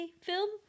film